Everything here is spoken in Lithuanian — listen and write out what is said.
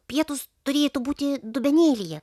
pietūs turėtų būti dubenėlyje